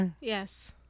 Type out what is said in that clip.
Yes